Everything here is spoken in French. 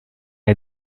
est